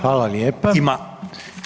Hvala lijepa